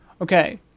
Okay